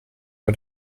bei